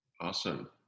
awesome